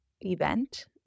event